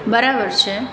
બરાબર છે